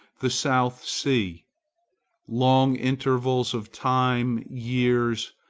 the south sea long intervals of time, years,